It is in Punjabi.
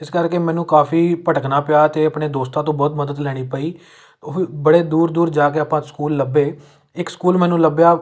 ਇਸ ਕਰਕੇ ਮੈਨੂੰ ਕਾਫੀ ਭਟਕਣਾ ਪਿਆ ਅਤੇ ਆਪਣੇ ਦੋਸਤਾਂ ਤੋਂ ਬਹੁਤ ਮਦਦ ਲੈਣੀ ਪਈ ਉਹ ਬੜੇ ਦੂਰ ਦੂਰ ਜਾ ਕੇ ਆਪਾਂ ਸਕੂਲ ਲੱਭੇ ਇੱਕ ਸਕੂਲ ਮੈਨੂੰ ਲੱਭਿਆ